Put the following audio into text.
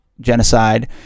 genocide